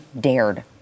dared